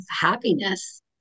happiness